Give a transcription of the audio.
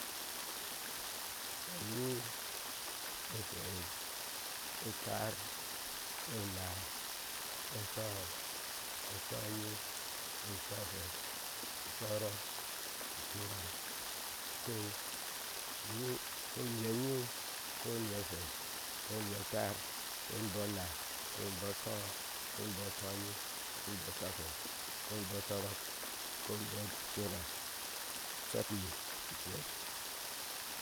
Enyiŋ efwei etar enaa entɔɔ entɔn yiŋ entɔfwei entɔrɔk enturha ku ukɔu nyiŋ ukou niya nyiŋ kou nya fwei kou niyatar kou nibɔ náá koou nibotɔɔ kou nibɔtoyiŋ kou nibɔtɔfwei kou nibɔtɔrɔk kou nibɔtuŋra ishokifwei